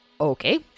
okay